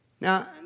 Now